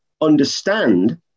understand